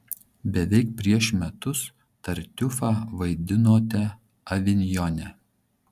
beveik prieš metus tartiufą vaidinote avinjone